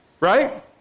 Right